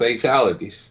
fatalities